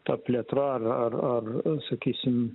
ta plėtra ar ar ar sakysim